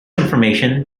information